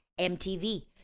MTV